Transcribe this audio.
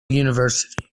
university